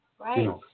Right